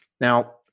now